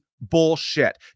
bullshit